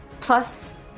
plus